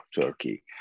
Turkey